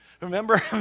Remember